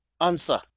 answer